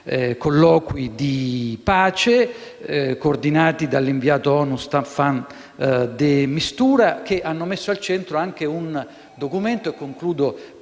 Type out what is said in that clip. colloqui di pace, coordinati dall'inviato ONU Staffan de Mistura, che hanno messo al centro un documento con